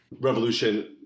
revolution